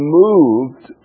moved